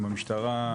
עם המשטרה,